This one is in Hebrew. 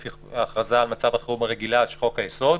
ההכרזה הרגילה על מצב החירום לפי חוק היסוד,